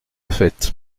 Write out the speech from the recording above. fête